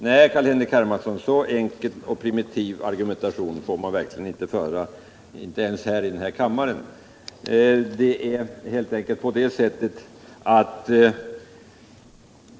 Nej, Carl-Henrik Hermansson, så enkel och primitiv argumentation får man verkligen inte föra ens i denna kammare.